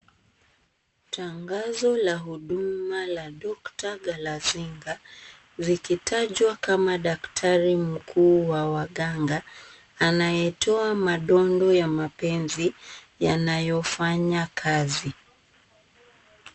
Tangazo la huduma la doctor Galazinga, zikitajwa kama daktari mkuu wa waganga, anayetoa madondo ya mapenzi yanayofanya kazi.